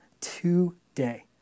today